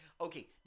Okay